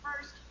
first